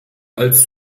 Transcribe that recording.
als